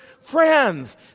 friends